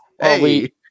Hey